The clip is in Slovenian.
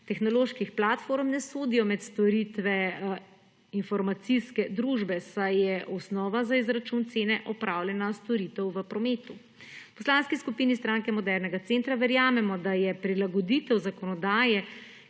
tehnoloških platform, ne sodijo med storitve informacijske družbe, saj je osnova za izračun cene opravljena storitev v prometu. V Poslanski skupini SMC verjamemo, da je prilagoditev zakonodaje,